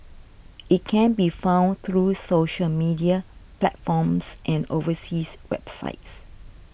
it can be found through social media platforms and overseas websites